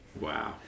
Wow